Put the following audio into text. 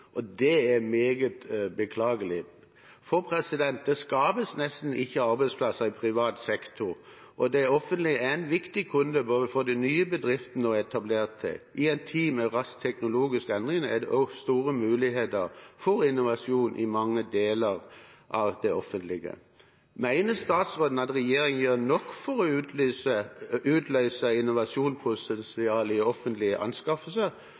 og det er meget beklagelig. For det skapes nesten ikke arbeidsplasser i privat sektor, og det offentlige er en viktig kunde for både de nye bedriftene og de etablerte. I en tid med rask teknologisk endring er det også store muligheter for innovasjon i mange deler av det offentlige. Mener statsråden at regjeringen gjør nok for å